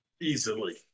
easily